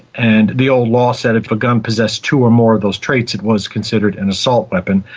and the old law said if a gun possessed two or more of those traits it was considered an assault weapon,